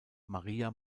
maria